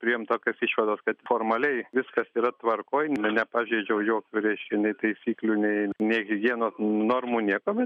priėjom tokios išvados kad formaliai viskas yra tvarkoj nu nepažeidžiau jokių reiškia nei taisyklių nei nei higienos normų nieko bet